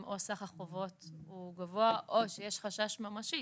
או סך החובות הוא גבוה או שיש חשש ממשי.